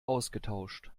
ausgetauscht